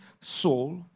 soul